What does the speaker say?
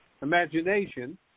imagination